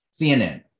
CNN